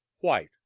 white